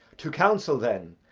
to council then,